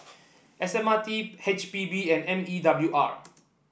S M R T H P B and M E W R